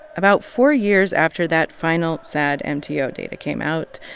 about four years after that final, sad mto data came out,